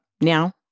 now